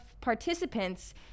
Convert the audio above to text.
participants